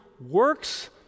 works